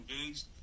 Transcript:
engaged